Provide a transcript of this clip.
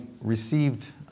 received